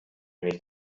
ich